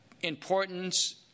importance